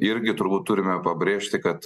irgi turbūt turime pabrėžti kad